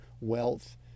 wealth